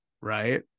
right